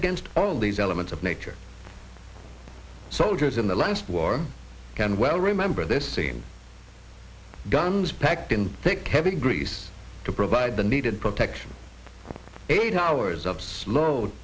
against all these elements of nature soldiers in the last war can well remember this scene guns packed in thick heavy grease to provide the needed protection eight hours of snow